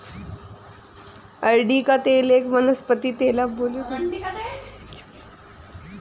अरंडी का तेल एक वनस्पति तेल है जिसे अरंडी की फलियों को दबाकर बनाते है